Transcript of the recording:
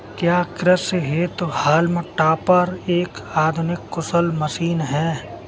क्या कृषि हेतु हॉल्म टॉपर एक आधुनिक कुशल मशीन है?